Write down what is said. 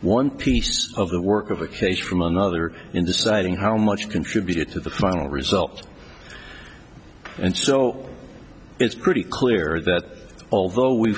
one piece of the work of a case for among other in deciding how much contributed to the final result and so it's pretty clear that although we